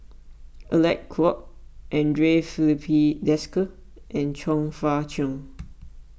Alec Kuok andre Filipe Desker and Chong Fah Cheong